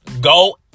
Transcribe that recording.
go